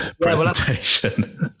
presentation